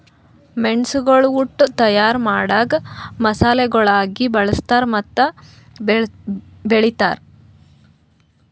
ಮೆಣಸುಗೊಳ್ ಉಟ್ ತೈಯಾರ್ ಮಾಡಾಗ್ ಮಸಾಲೆಗೊಳಾಗಿ ಬಳ್ಸತಾರ್ ಮತ್ತ ಬೆಳಿತಾರ್